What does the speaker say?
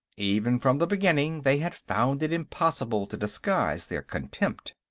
even from the beginning, they had found it impossible to disguise their contempt.